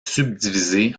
subdivisé